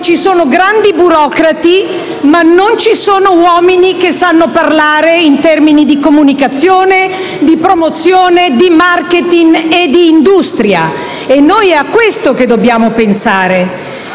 ci sono grandi burocrati, ma non ci sono uomini che sanno parlare in termini di comunicazione, di promozione, di *marketing* e di industria e noi è a questo che dobbiamo pensare.